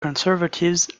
conservatives